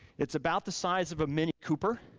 it's about the size of a mini cooper.